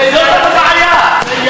זו הבעיה.